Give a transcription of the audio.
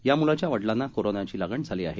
या मूलाच्या वडलांना कोरोनाची लागण झाली आहे